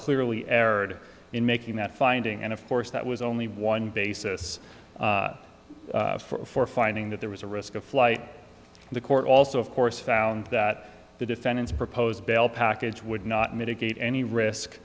clearly erred in making that finding and of course that was only one basis for finding that there was a risk of flight and the court also of course found that the defendant's proposed bail package would not mitigate any risk